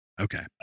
Okay